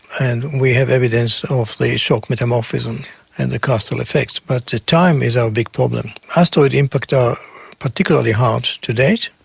and we have evidence of the shock metamorphism and the crustal effects. but the time is our big problem. asteroid impacts are particularly hard to date.